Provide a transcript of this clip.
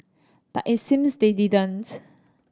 but it seems they didn't